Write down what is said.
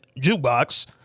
Jukebox